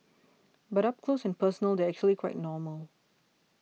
but up close and personal they're actually quite normal